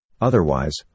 Otherwise